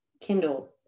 kindle